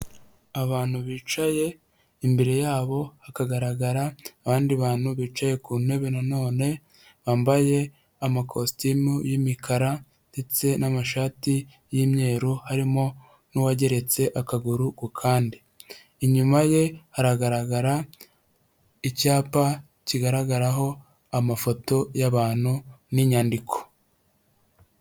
Abantu bicaye imbere yabo hakagaragara abandi bantu bicaye ku ntebe na none bambaye amakositimu y'imikara ndetse n'amashati y'imyeru, harimo n'uwageretse akaguru ku kandi, inyuma ye hagaragara icyapa kigaragaraho amafoto y'abantu n'inyandiko.